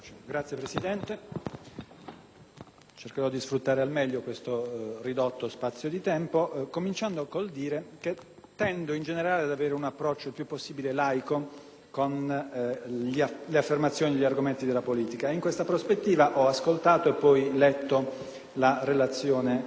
cercherò di sfruttare al meglio il mio spazio di tempo, cominciando col dire che tendo in generale ad avere un approccio il più possibile laico con le affermazioni e gli argomenti della politica. In questa prospettiva ho ascoltato e poi letto la relazione del Ministro. La domanda che mi sono posto